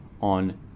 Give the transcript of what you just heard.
on